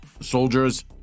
soldiers